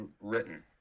written